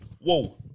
whoa